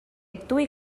actuï